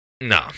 No